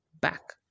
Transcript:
back